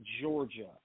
Georgia